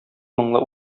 моңлы